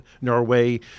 Norway